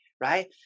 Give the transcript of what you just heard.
right